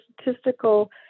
statistical